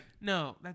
no